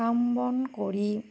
কাম বন কৰি